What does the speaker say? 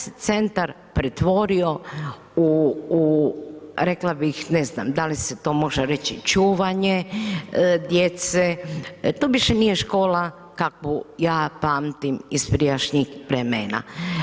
Taj se centar pretvorio u, rekla bih, ne znam, da li se to može reći čuvanje djece, to više nije škola kakvu ja pamtim iz prijašnjih vremena.